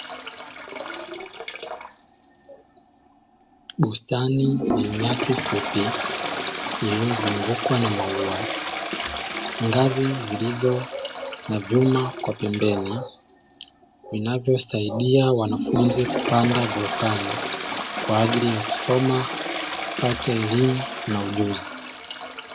Bustani yenye nyasi fupi iliyozungukwa na maua, ngazi zilizo na vyuma kwa pembeni, vinavyosaidia wanafunzi kupanda ghorofani kwa ajili ya kusoma, kupata elimu na ujuzi."